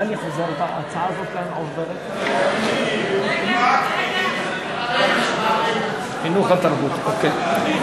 ההצעה להעביר את הצעת חוק זכויות התלמיד (תיקון